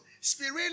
Spirit